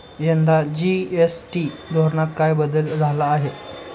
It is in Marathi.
यंदा जी.एस.टी धोरणात काय बदल झाला आहे?